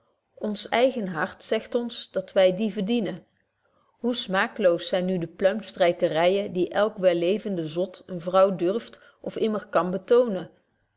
ons eigen hart zegt ons dat wy die verdienen hoe smaakloos zyn nu de pluimstrykeryen die elk wellevende zot eene vrouw durft of immer kan betoonen